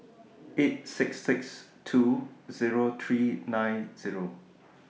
eight six six two Zero three nine Zero